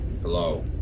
Hello